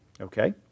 Okay